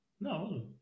No